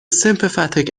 sympathetic